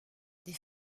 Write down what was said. des